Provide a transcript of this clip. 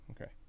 Okay